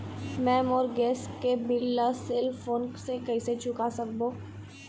मैं मोर गैस के बिल ला सेल फोन से कइसे चुका सकबो?